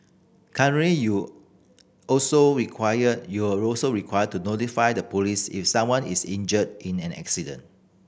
currently you also required you're also required to notify the police if someone is injured in an accident